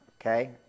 Okay